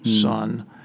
son